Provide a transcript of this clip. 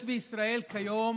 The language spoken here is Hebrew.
יש בישראל כיום